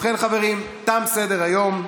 ובכן, חברים, תם סדר-היום.